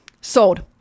sold